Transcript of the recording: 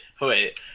wait